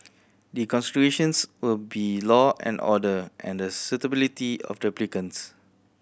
the considerations will be law and order and the suitability of the applicants